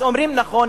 אז אומרים: נכון,